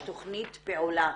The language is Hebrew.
יש תוכנית פעולה.